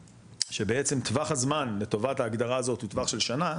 שבעצם טווח הזמן לטובת ההגדרה הזאת הוא טווח של שנה,